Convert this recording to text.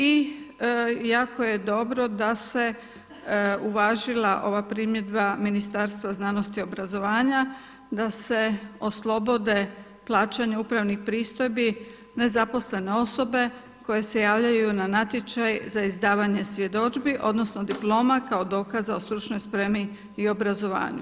I jako je dobro da se uvažila ova primjedba Ministarstva znanosti i obrazovanja da se oslobode plaćanja upravnih pristojbi nezaposlene osobe koje se javljaju na natječaj za izdavanje svjedodžbi odnosno diploma kao dokaza o stručnoj spremi i obrazovanju.